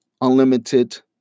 unlimited